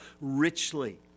richly